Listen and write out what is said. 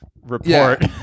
report